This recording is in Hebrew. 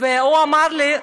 והוא אמר לי,